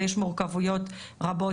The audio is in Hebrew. ויש מורכבויות רבות.